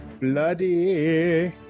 Bloody